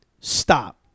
Stop